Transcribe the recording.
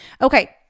okay